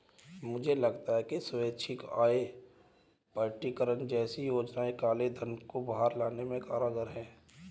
मुझे लगता है कि स्वैच्छिक आय प्रकटीकरण जैसी योजनाएं काले धन को बाहर लाने में कारगर हैं